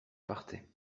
partais